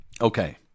Okay